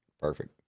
Perfect